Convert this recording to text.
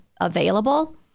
available